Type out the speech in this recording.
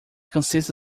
consists